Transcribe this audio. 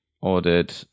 ordered